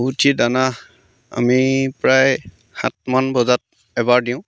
শুই উঠি দানা আমি প্ৰায় সাতমান বজাত এবাৰ দিওঁ